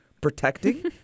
Protecting